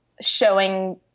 showing